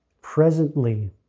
presently